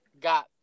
Got